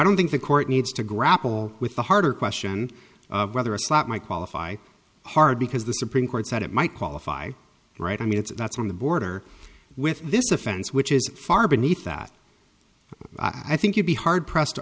don't think the court needs to grapple with the harder question of whether a slap my qualify hard because the supreme court said it might qualify right i mean it's that's on the border with this offense which is far beneath that i think you'd be hard pressed to